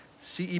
CE